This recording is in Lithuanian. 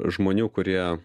žmonių kurie